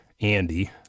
Andy